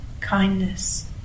kindness